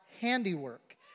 handiwork